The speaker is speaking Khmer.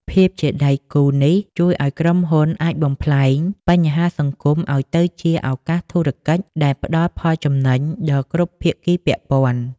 ភាពជាដៃគូនេះជួយឱ្យក្រុមហ៊ុនអាចបំប្លែង "បញ្ហាសង្គម" ឱ្យទៅជា "ឱកាសធុរកិច្ច" ដែលផ្ដល់ផលចំណេញដល់គ្រប់ភាគីពាក់ព័ន្ធ។